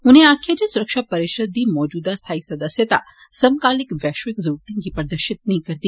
उनें आक्खेआ जे सुरक्षा परिषद दी मौजूदा स्थाई सदस्यता समकालिक वैश्विक जरुरतें गी प्रदर्शित नेई करदी